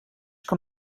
kan